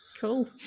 Cool